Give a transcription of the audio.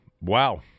Wow